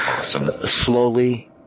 slowly